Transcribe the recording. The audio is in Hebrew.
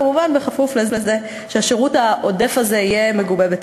כמובן בכפוף לזה שהשירות העודף הזה יהיה מגובה בתקציב.